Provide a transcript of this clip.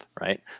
Right